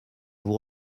vous